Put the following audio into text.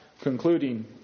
concluding